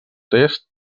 est